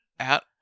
Out